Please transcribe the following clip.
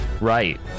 right